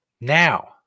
Now